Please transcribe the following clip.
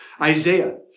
Isaiah